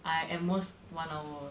I at most one hour